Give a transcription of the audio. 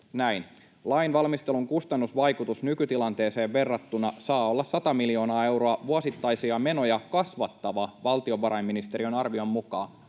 näin: ”Lainvalmistelun kustannusvaikutus nykytilanteeseen verrattuna saa olla 100 miljoonaa euroa vuosittaisia menoja kasvattava valtiovarainministeriön arvion mukaan.”